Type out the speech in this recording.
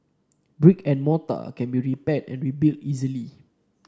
brick and mortar can be repaired and rebuilt easily